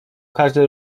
każdy